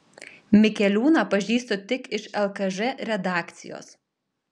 mikeliūną pažįstu tik iš lkž redakcijos